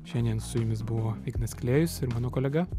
šiandien su jumis buvo ignas klėjus ir mano kolega